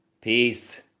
Peace